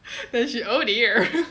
then she oh dear